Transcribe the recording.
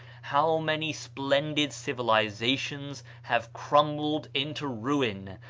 how many splendid civilizations have crumbled into ruin,